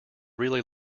really